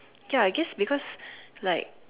ya I guess because like